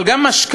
אבל גם משכנתה